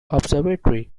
observatory